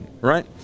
right